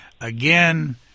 Again